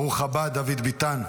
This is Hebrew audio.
ברוך הבא, דוד ביטן.